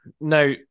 Now